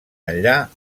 enllà